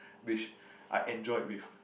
which I enjoyed with